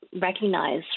recognize